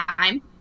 time